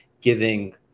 giving